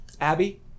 Abby